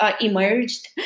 emerged